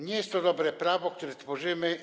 Nie jest to dobre prawo, to, które tworzymy.